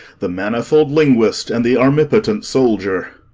the manifold linguist, and the amnipotent soldier.